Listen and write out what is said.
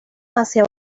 hacia